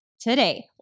today